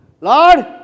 Lord